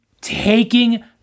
taking